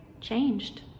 changed